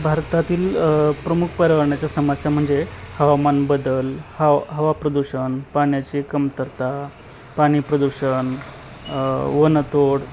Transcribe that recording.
भारतातील प्रमुख पर्यावरणाच्या समस्या म्हणजे हवामान बदल हव हवा प्रदूषण पाण्याची कमतरता पाणी प्रदूषण वनतोड